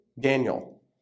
Daniel